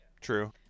True